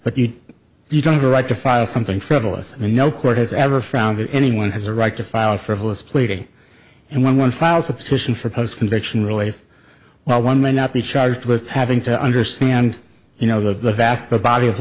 but you don't have a right to file something frivolous and no court has ever found anyone has a right to file frivolous pleading and when one files a position for post conviction relief well one may not be charged with having to understand you know the vast the body of